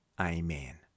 Amen